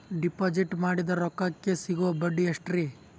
Deposit ಮಾಡಿದ ರೊಕ್ಕಕೆ ಸಿಗುವ ಬಡ್ಡಿ ಎಷ್ಟ್ರೀ?